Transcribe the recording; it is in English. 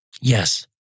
Yes